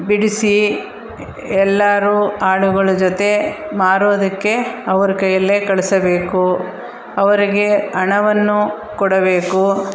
ಬಿಡಿಸಿ ಎಲ್ಲರೂ ಆಳುಗಳ ಜೊತೆ ಮಾರೋದಕ್ಕೆ ಅವರ ಕೈಯಲ್ಲೇ ಕಳಿಸಬೇಕು ಅವರಿಗೆ ಹಣವನ್ನು ಕೊಡಬೇಕು